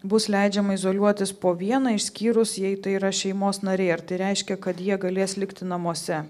bus leidžiama izoliuotis po vieną išskyrus jei tai yra šeimos nariai ar tai reiškia kad jie galės likti namuose